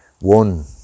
one